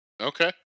Okay